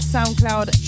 SoundCloud